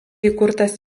įkurtas